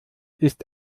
ist